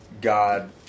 God